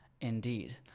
Indeed